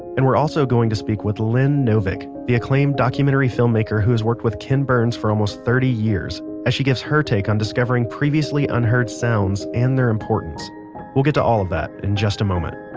and we're also going to speak with lynn novick, the acclaimed documentary filmmaker who's worked with ken burns for almost thirty years as she gives her take on discovering previously unheard sounds and their importance we'll get to all of that in just a moment